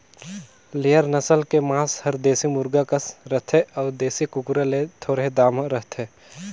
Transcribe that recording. layer नसल के मांस हर देसी मुरगा कस रथे अउ देसी कुकरा ले थोरहें दाम रहथे